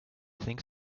think